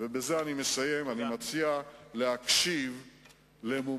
ממשלה מאוד גדולה,